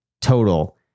total